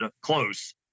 close